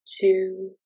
two